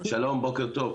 שלום ובוקר טוב.